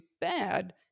bad